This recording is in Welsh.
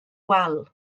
wal